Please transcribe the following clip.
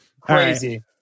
Crazy